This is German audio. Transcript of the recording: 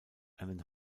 einen